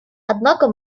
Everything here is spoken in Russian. однако